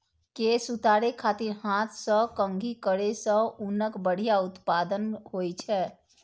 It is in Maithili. केश उतारै खातिर हाथ सं कंघी करै सं ऊनक बढ़िया उत्पादन होइ छै